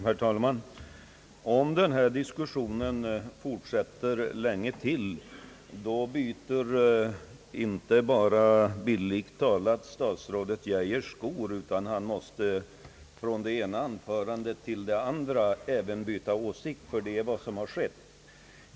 Herr talman! Om denna diskussion fortsätter länge till byter statsrådet Geijer inte bara bildligt talat skor, utan han måste från det ena anförandet till det andra även byta åsikt. Det är vad som har skett.